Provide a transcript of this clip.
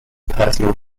personal